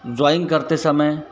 drawing करते समय